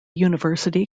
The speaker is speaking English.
university